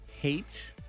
hate